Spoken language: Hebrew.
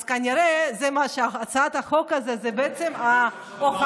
אז כנראה הצעת החוק הזו היא בעצם הוכחה